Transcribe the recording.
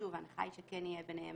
שוב, ההנחה היא שכן יהיה ביניהם